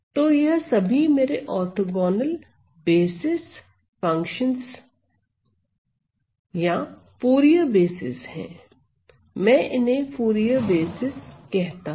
तो यह सभी मेरे ऑर्थोंगोनल बेसिस फंक्शन या फूरिये बेसिस है मैं इन्हें फूरिये बेसिस कहता हूं